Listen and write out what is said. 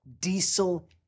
Diesel